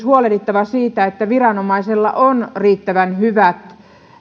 huolehdittava siitä että viranomaisella on riittävän hyvät